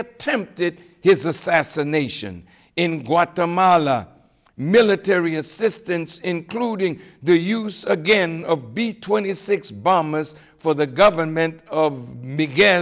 attempted his assassination in guatemala military assistance including the use again of b twenty six bombers for the government of began